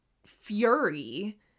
fury